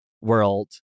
world